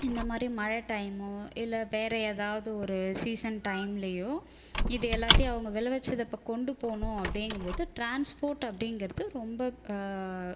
இந்த மாரி மழை டைமோ இல்லை வேறு ஏதாவது ஒரு சீசன் டைம்லியோ இதை எல்லாத்தையும் அவங்க விளைவிச்சித இப்போ கொண்டு போகணும் அப்படிங்கும்போது ட்ரான்ஸ்போர்ட் அப்படிங்கிறது ரொம்ப